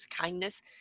kindness